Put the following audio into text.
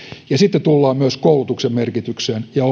ja sitten tullaan myös koulutuksen merkitykseen ja